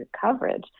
coverage